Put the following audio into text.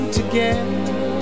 together